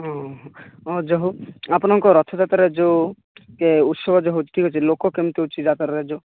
ହଁ ହଁ ଯେ ହେଉ ଆପଣଙ୍କ ରଥଯାତ୍ରାରେ ଯେଉଁ ଉତ୍ସବ ଯେଉଁ ହେଉଛି ଲୋକ କେମିତି ହେଉଛି ଯାତ୍ରାରେ ଯେଉଁ